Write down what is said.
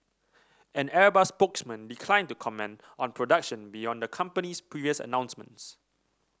an Airbus spokesman declined to comment on production beyond the company's previous announcements